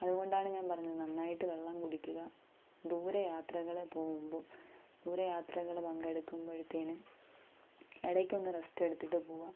അതുകൊണ്ടാണ് ഞാൻ പറഞ്ഞത് നന്നായിട്ട് വെള്ളം കുടിക്കുക ദൂര യാത്രകൾ പോകുമ്പോൾ ദൂരയാത്രകൾ പങ്കെടുക്കുമ്പോഴത്തേക്കും ഇടയ്ന്ക്ക് ഒരു റെസ്റ്റ് എടുത്തിട്ട് പോവാം